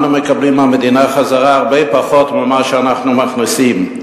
אנו מקבלים מהמדינה חזרה הרבה פחות ממה שאנחנו מכניסים.